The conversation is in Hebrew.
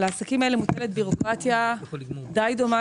על העסקים האלה מוטלת בירוקרטיה די דומה